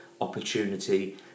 opportunity